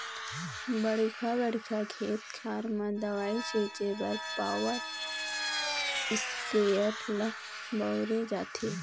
बड़का बड़का खेत खार म दवई छिंचे बर पॉवर इस्पेयर ल बउरे जाथे